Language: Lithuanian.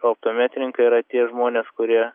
optometrininkai yra tie žmonės kurie